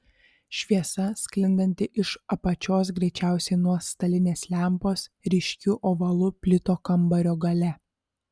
šviesa sklindanti iš apačios greičiausiai nuo stalinės lempos ryškiu ovalu plito kambario gale